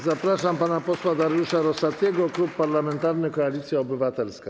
Zapraszam pana posła Dariusza Rosatiego, Klub Parlamentarny Koalicja Obywatelska.